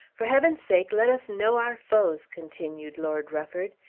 for heaven's sake let us know our foes, continued lord rufford.